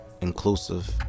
inclusive